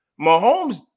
Mahomes